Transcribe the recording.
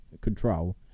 control